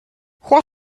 what